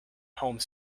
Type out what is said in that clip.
home